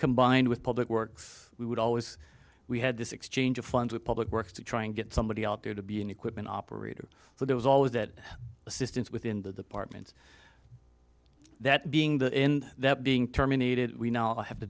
combined with public works we would always we had this exchange of funds with public works to try and get somebody out there to be an equipment operator so there was always that assistance within the departments that being the end that being terminated we now have to